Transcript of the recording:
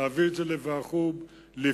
להביא את זה לוועדת החוץ והביטחון,